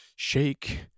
Shake